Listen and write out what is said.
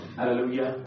Hallelujah